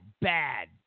bad